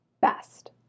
best